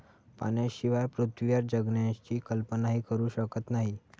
पाण्याशिवाय पृथ्वीवर जगण्याची कल्पनाही करू शकत नाही